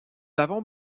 avons